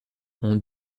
ont